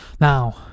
now